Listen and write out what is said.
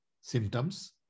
symptoms